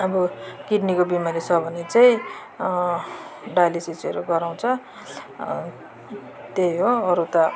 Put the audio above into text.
अब किडनीको बिमारी छ भने चाहिँ डायलिसिसहरू गराउँछ त्यही हो अरू त